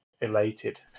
elated